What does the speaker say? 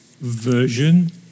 version